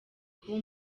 kuba